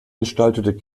gestaltete